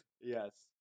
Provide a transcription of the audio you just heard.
Yes